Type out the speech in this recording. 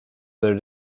other